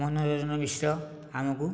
ମନୋରଞ୍ଜନ ମିଶ୍ର ଆମକୁ